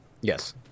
Yes